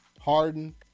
Harden